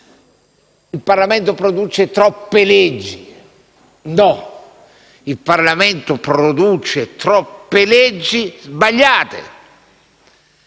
il Parlamento producesse troppe leggi. No, il Parlamento produce troppe leggi sbagliate,